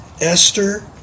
Esther